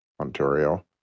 Ontario